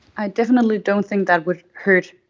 i definitely don't think that would hurt.